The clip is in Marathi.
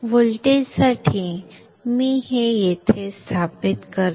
व्होल्टेजसाठी मी हे येथे स्थापित करते